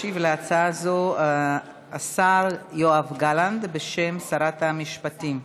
ישיב להצעה הזאת השר יואב גלנט, בשם שרת המשפטים,